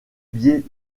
biais